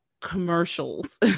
commercials